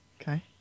Okay